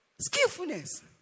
skillfulness